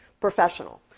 professional